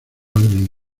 alguien